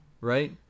right